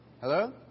Hello